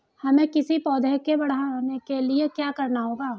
हमें किसी पौधे को बढ़ाने के लिये क्या करना होगा?